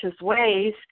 ways